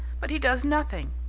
but he does nothing.